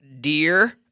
dear